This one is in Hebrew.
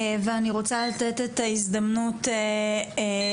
אני רוצה לתת את ההזדמנות ללואיס